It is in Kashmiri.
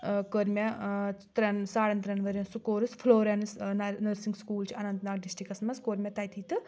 ٲں کوٚر مےٚ ٲں ترٛیٚن ساڑَن ترٛیٚن ؤرۍ یَن سُہ کورٕس فٕلوریٚنٕس ٲں نٔرسِنٛگ سکوٗل چھُ اننٛت ناگ ڈِسٹِرٛکَس منٛز کوٚر مےٚ تَتے تہٕ